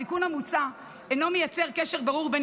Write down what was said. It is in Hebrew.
התיקון המוצע אינו מייצר קשר ברור בין